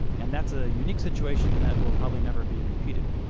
and that's a unique situation that will probably never be repeated.